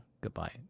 goodbye